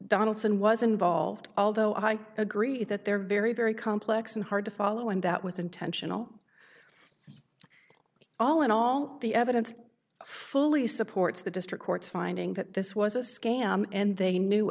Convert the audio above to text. donaldson was involved although i agree that they're very very complex and hard to follow and that was intentional all in all the evidence fully supports the district court's finding that this was a scam and they knew